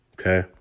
Okay